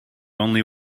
only